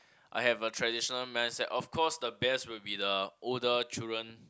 I have a traditional mindset of course the best will be the older children